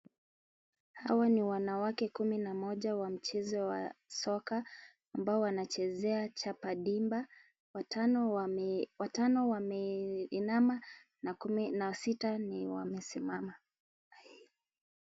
Hawa ni wanawake kumi na mmoja wa mchezo wa soka, ambao wanachezea Chapadimba. Watano wameinama na sita wamesimama.